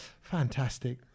Fantastic